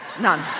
None